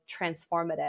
transformative